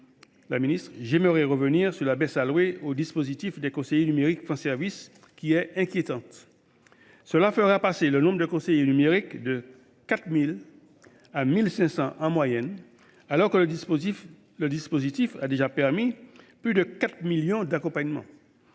Ensuite, la baisse des crédits alloués aux dispositifs des conseillers numériques France Services est inquiétante. Elle fera passer le nombre de conseillers numériques de 4 000 à 1 500 en moyenne, alors que le dispositif a déjà permis plus de 4 millions d’accompagnements.